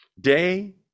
day